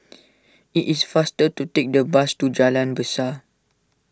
it is faster to take the bus to Jalan Besar